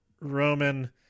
Roman